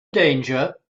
danger